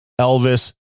Elvis